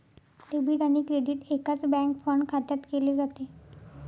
debit आणि credit एकाच bank fund खात्यात केले जाते